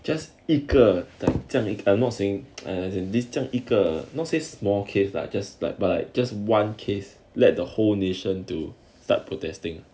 just 一个这样一个 I'm not saying as in as in this 这样一个 not say small case lah just like by just one case led the whole nation to start protesting